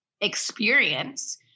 experience